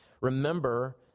remember